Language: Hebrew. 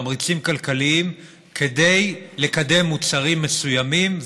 תמריצים כלכליים כדי לקדם מוצרים מסוימים,